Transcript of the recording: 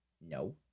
No